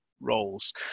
roles